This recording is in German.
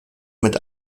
mit